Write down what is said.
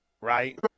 right